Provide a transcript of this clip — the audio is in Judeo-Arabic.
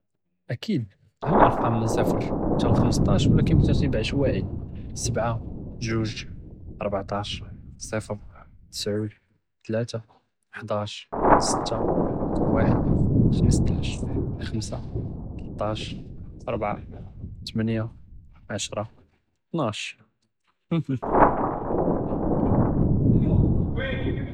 אקיד، האלאראקאם מן צפר חתה ל־חמסטאש לכין בעשואיה، סבעה, ג'וג', ארבעטאש, צפר, תסעוד, תלאתה, חדאש, סתה, ואחד, חמסטאש, חמסה, תלטאש, רבעה, תמניה, עשרא, טנאש, האהא.